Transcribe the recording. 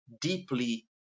deeply